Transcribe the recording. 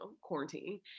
quarantine